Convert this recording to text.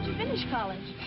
finish college?